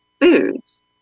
foods